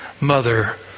mother